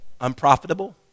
unprofitable